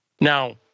Now